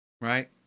right